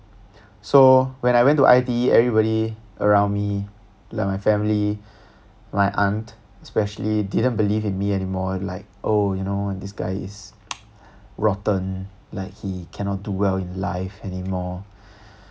so when I went to I_T_E everybody around me like my family my aunt especially didn't believe in me anymore like oh you know this guy is rotten like he cannot do well in life anymore